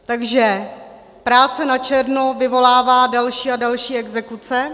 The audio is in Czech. Takže práce načerno vyvolává další a další exekuce.